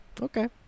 okay